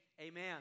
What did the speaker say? amen